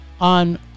on